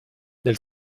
nel